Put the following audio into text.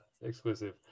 exclusive